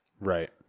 Right